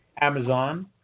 Amazon